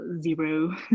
zero